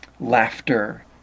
laughter